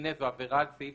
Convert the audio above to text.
מותנה בעבירה על סעיף